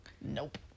Nope